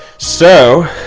so